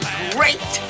great